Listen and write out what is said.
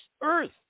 Earth